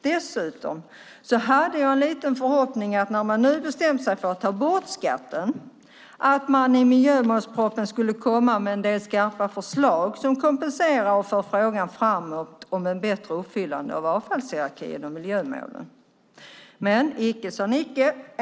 Dessutom hade jag en liten förhoppning, när man nu bestämt sig för att ta bort skatten, att man i miljömålspropositionen skulle komma med en del skarpa förslag som kompenserar och för frågan om ett bättre uppfyllande av avfallshierarkin och miljömålen framåt. Men icke sade Nicke.